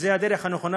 וזה הדרך הנכונה,